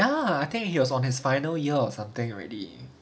ah I think he was on his final year or something already